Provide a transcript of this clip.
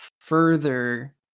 further